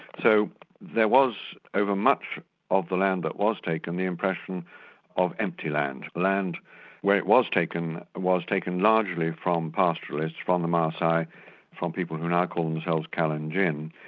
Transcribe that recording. so there was over much of the land that was taken, the impression of empty land, land where it was taken was taken largely from pastoralists from the masai from the people who now call themselves kalenjin,